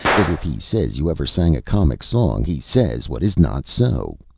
that if he says you ever sang a comic song he says what is not so.